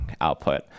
output